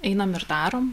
einam ir darom